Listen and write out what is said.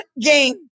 game